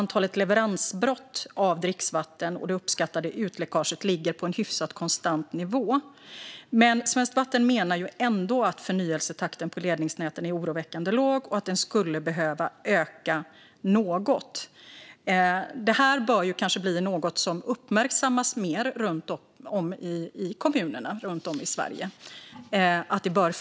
Antalet leveransbrott av dricksvatten och det uppskattade utläckaget ligger också på en hyfsat konstant nivå. Svenskt Vatten menar ändå att förnyelsetakten på ledningsnäten är oroväckande låg och att den skulle behöva öka något. Att det bör finnas en planering för det här bör kanske blir något som uppmärksammas mer i kommunerna runt om i Sverige.